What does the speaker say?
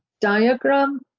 diagram